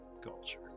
Culture